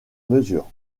mesures